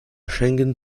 schengen